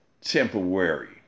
temporary